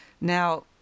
Now